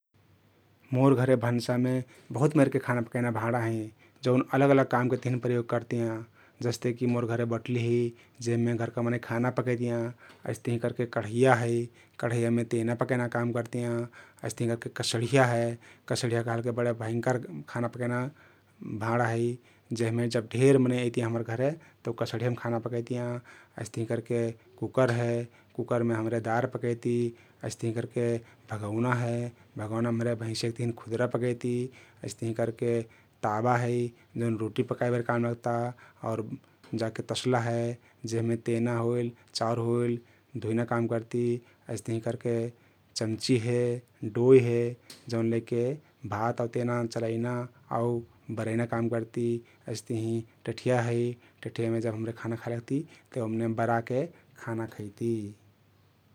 मोर घरे भान्सामे बहुत मेरके खाना पकैना भाँडा हँइ जउन अलग अलग कामके तहिन प्रयोग करतियाँ । जस्ते कि मोर घरे बटुली हइ जेहमे घरका मनै खाना पकैतियाँ । अइस्तहिं करके कढैया हइ । कढैयामे तेना पकैना काम करतियाँ । अइस्तहिं करके कसढीया हे । कसढीया कहलके बडे भयंकर खाना पकैना भाँडा हइ जेहमे जब ढेर मनै अइतिया हम्मर घर तउ कसढीयम खाना पकैतियाँ । अइस्तहिं करके कुकर हे । कुकरमे हम्रे दार पकैती । अइस्तहिं करके भगौना हे । भगौनम हम्रे भैंसियक तहिन खुद्रा पकैती । अइस्तहिं करके ताबा हइ जउन रोटी पकाइ बेर काम लग्ता आउर जाके तस्ला हे, जेहमे तेना होइल, चाउर होइल धुइना काम करती । अइस्तहिं करके चम्ची हे, डोई हे जउन लैके भात आउ तेना चलैना आउ बरैना काम करती । अइस्तहिं टठिया हइ, टठियामे जब हम्रे खाना खाइ लग्ती तउ ओमने बराके खाना खैती ।